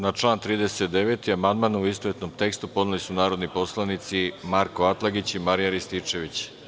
Na član 39. amandman, u istovetnom tekstu, podneli su narodni poslanici Marko Atlagić i Marijan Rističević.